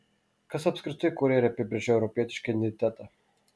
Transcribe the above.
kas apskritai kuria ir apibrėžia europietišką identitetą